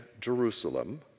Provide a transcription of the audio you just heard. Jerusalem